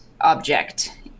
object